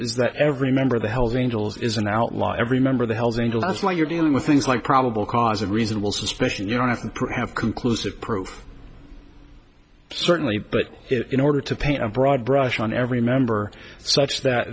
that every member of the hell's angels is an outlaw every member of the hell's angels that's what you're dealing with things like probable cause of reasonable suspicion you know nothing perhaps conclusive proof certainly but in order to paint a broad brush on every member such that